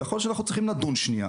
ויכול להיות שאנחנו צריכים לדון שנייה